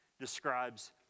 describes